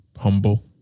humble